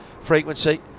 frequency